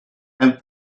and